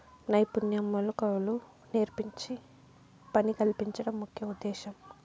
నైపుణ్య మెళకువలు నేర్పించి పని కల్పించడం ముఖ్య ఉద్దేశ్యం